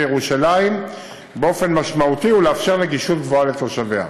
ירושלים באופן משמעותי ולאפשר נגישות גבוהה לתושביה.